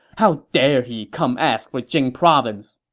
how dare he come ask for jing province?